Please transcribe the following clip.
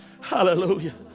Hallelujah